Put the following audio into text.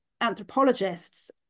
anthropologists